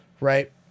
right